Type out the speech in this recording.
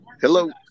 Hello